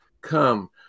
come